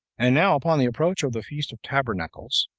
and now, upon the approach of the feast of tabernacles,